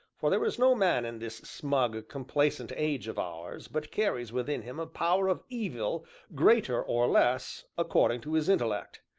for there is no man in this smug, complacent age of ours, but carries within him a power of evil greater or less, according to his intellect.